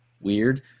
Weird